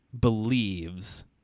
believes